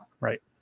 Right